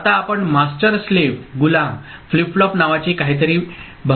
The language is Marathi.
आता आपण मास्टर स्लेव्ह गुलाम फ्लिप फ्लॉप नावाची काहीतरी बघत आहोत ठीक आहे